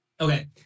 Okay